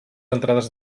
entrades